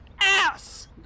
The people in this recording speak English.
ass